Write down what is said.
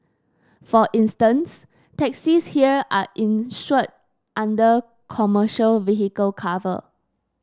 for instance taxis here are insured under commercial vehicle cover